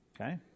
Okay